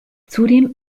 zudem